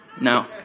No